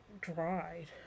dried